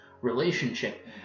relationship